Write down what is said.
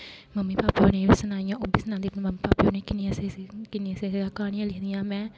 mummy papa होरें बी सनाइयां ओह् बी सनांदे मम्मी पापे होरें गी किन्नियां स्हेई स्हेई क्हानियां लिखदी आं में